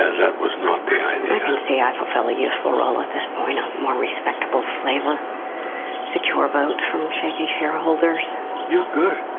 that was not the i you can see i fulfill a useful role at this point a more respectable flavor secure vote from shaky shareholders you're good